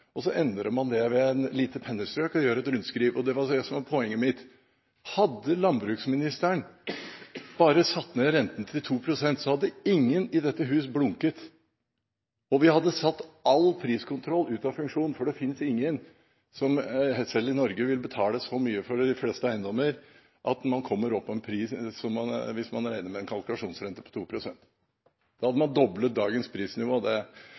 og så endrer man det med et lite pennestrøk ved å lage et rundskriv. Og det var det som var poenget mitt. Hadde landbruksministeren bare satt ned renten til 2 pst., hadde ingen i dette hus blunket, og vi hadde satt all priskontroll ut av funksjon, for det finnes ingen, selv i Norge, som vil betale så mye for de fleste eiendommer at man kommer opp på en slik pris, hvis man regner med en kalkulasjonsrente på 2 pst. Da hadde man doblet dagens prisnivå.